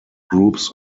groups